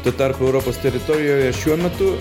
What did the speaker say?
tuo tarpu europos teritorijoje šiuo metu